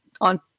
on